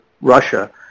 russia